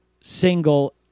single